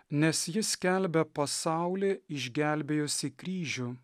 nes ji skelbia pasaulį išgelbėjusį kryžių